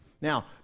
Now